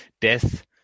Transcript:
death